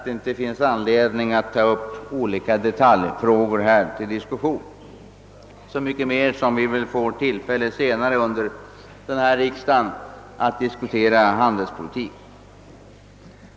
Det finns därför inte anledning att ta upp olika detaljer till diskussion här — så mycket mer som vi väl får tillfälle att diskutera handelspolitiken senare under denna riksdag.